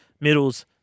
middles